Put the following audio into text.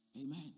Amen